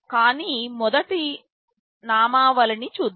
కానీ మొదట నామావళిన్ని చూద్దాం